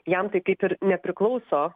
jam tai kaip ir nepriklauso